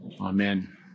Amen